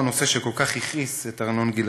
הנושא שכל כך הכעיס את ארנון גלעדי: